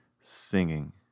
singing